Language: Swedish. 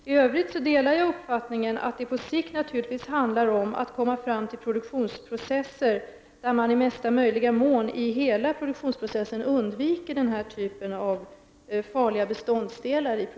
I övrigt delar jag uppfattningen att det på sikt naturligtvis handlar om att komma fram till produktionsprocesser där man i största möjliga mån i hela processen undviker att använda produkter med farliga beståndsdelar.